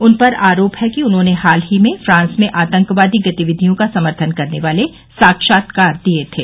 उन पर आरोप है कि उन्होंने हाल ही में फ्रांस में आतंकवादी गतिविधियों का समर्थन करने वाले साक्षात्कार दिए थे